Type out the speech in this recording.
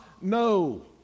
no